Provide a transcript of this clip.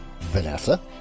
Vanessa